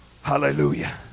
hallelujah